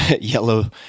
yellow